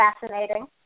fascinating